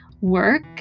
work